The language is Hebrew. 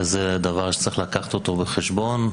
וזה דבר שצריך לקחת בחשבון,